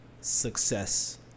success